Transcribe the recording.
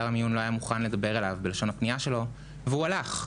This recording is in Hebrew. המיון לא היה מוכן לדבר אליו לשון הפניה שלו והוא הלך הביתה,